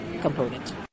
component